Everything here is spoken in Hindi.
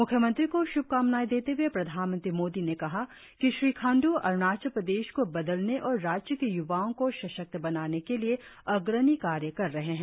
म्ख्यमंत्री को श्भकामनाए देते हुए प्रधान मंत्री मोदी ने कहा कि श्री खांडू अरुणाचल प्रदेश को बदलने और राज्य के य्वाओ को सशक्त बनाने के लिए अग्रणी कार्य कर रहे है